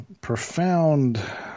profound